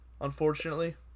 unfortunately